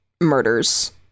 murders